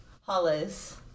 Hollis